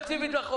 הישיבה ננעלה בשעה